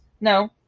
no